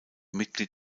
mitglied